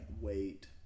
wait